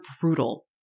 brutal